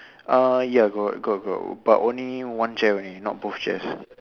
uh ya got got got but only one chair only not both chairs